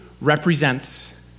represents